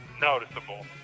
noticeable